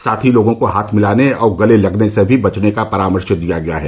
साथ ही लोगों को हाथ मिलाने और गले लगने से भी बचने का परामर्श दिया गया है